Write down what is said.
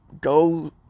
go